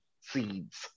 seeds